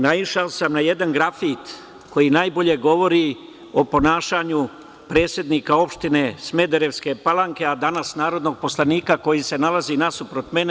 Naišao sam na jedan grafit koji najbolje govori o ponašanju predsednika opštine Smederevske Palanke, a danas narodnog poslanika koji se nalazi nasuprot mene.